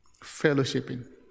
fellowshipping